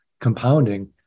compounding